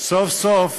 סוף-סוף